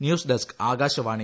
news desk Akashvani